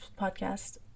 podcast